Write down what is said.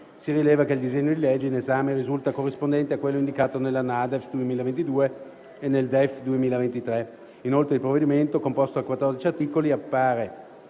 si rileva che il disegno di legge in esame risulta corrispondente a quello indicato nella NADEF 2022 e nel DEF 2023. Inoltre il provvedimento, composto da 14 articoli, appare